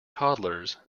toddlers